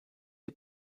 die